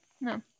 No